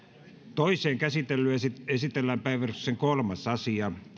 toiseen käsittelyyn esitellään päiväjärjestyksen kolmas asia